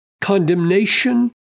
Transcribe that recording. condemnation